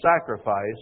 sacrifice